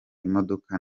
imodoka